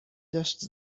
داشت